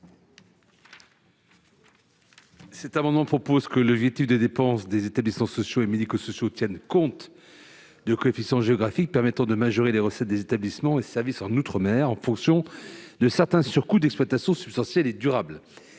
Cet amendement tend à prévoir que l'objectif de dépenses des établissements sociaux et médico-sociaux tienne compte de coefficients géographiques permettant de majorer les recettes des établissements et services en outre-mer en fonction de certains surcoûts d'exploitation substantiels et durables.